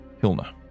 Hilna